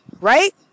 Right